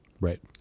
Right